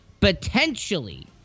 potentially